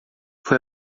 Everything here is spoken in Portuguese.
foi